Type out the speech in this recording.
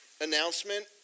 announcement